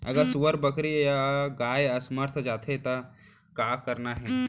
अगर सुअर, बकरी या गाय असमर्थ जाथे ता का करना हे?